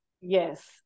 yes